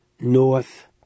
north